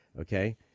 Okay